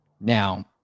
Now